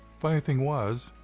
funny thing was,